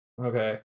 Okay